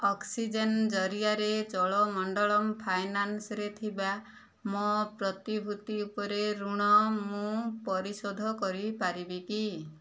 oxygen ଜରିଆରେ ଚୋଳମଣ୍ଡଳମ୍ ଫାଇନାନ୍ସରେ ଥିବା ମୋ ପ୍ରତିଭୂତି ଉପରେ ଋଣ ମୁଁ ପରିଶୋଧ କରିପାରିବି କି